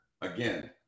again